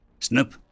Snip